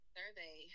survey